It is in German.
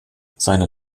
seine